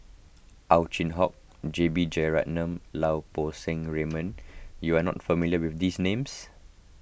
Ow Chin Hock J B Jeyaretnam Lau Poo Seng Raymond you are not familiar with these names